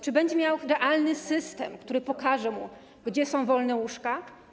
Czy będzie miał realny system, który pokaże mu, gdzie są wolne łóżka?